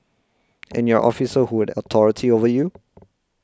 and your officer who had authority over you